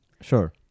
Sure